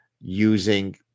using